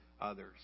others